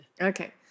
Okay